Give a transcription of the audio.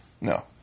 No